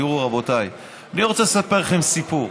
תראו, רבותיי, אני רוצה לספר לכם סיפור.